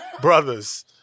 brothers